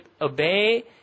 obey